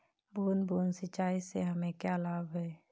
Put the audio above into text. बूंद बूंद सिंचाई से हमें क्या लाभ है?